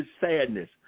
sadness